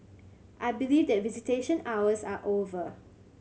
I believe that visitation hours are over